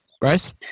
Bryce